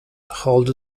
hold